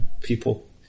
people